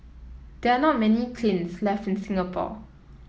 there are not many kilns left in Singapore